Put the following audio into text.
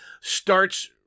starts